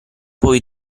poi